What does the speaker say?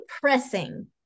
pressing